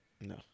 No